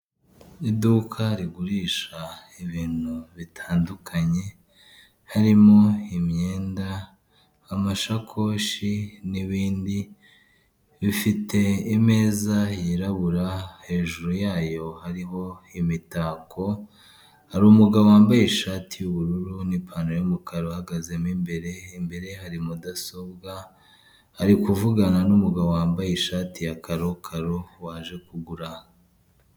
Iduka rigurisha ibintu bitandukanye, harimo imyenda, amashakoshi n'ibindi bifite ameza yirabura hejuru yayo hariho imitako, hari umugabo wambaye ishati y'ubururu n'ipantaro y'umukara hahagazemo imbere, imbere hari mudasobwa ari kuvugana n'umugabo wambaye ishati ya karokaro waje kugura.